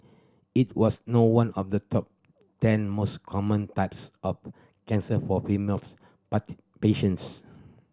it was not one of the top ten most common types of cancer for females patients